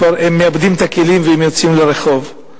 כבר מאבדים את הכלים ויוצאים לרחוב.